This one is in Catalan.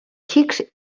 xics